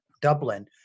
Dublin